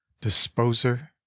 disposer